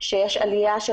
שיש עלייה של